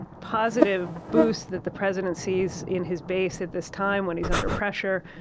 positive boost that the president sees in his base at this time when he's under pressure,